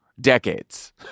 decades